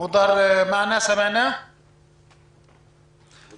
נעשה את זה